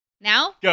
Now